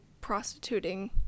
prostituting